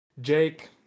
Jake